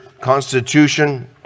constitution